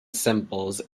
symbols